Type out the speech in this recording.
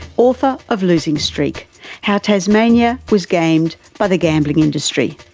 author of losing streak how tasmania was gamed by the gambling industry.